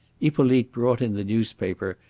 hippolyte brought in the newspaper,